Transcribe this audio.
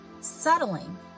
Settling